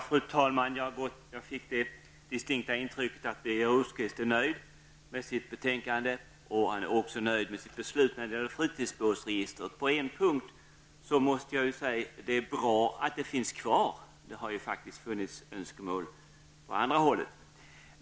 Fru talman! Jag fick det distinkta intrycket att Birger Rosqvist är nöjd med sitt betänkande och att han är nöjd med sitt beslut när det gäller fritidsbåtsregistret. På en punkt måste jag säga att det är bra att det finns kvar. Det har faktiskt funnits önskemål åt andra hållet.